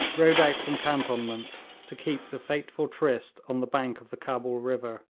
rode out from cantonments to keep the fateful tryst on the bank of the cabul river.